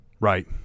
Right